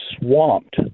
swamped